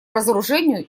разоружению